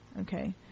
Okay